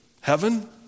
heaven